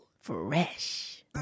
Fresh